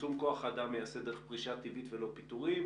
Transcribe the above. צמצום כוח אדם ייעשה דרך פרישה טבעית ולא פיטורין,